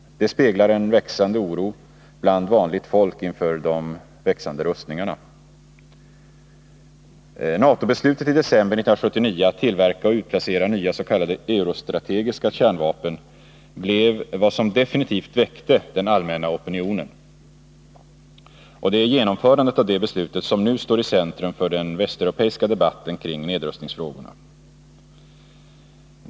Den speglar en växande oro bland folk inför den alltmer omfattande upprustningen. NATO-beslutet i december 1979 att tillverka och utplacera nya s.k. eurostrategiska kärnvapen blev vad som definitivt väckte den allmänna opinionen. Och det är genomförandet av det beslutet som nu står i centrum för den västeuropeiska debatten kring nedrustningsfrågorna.